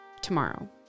Tomorrow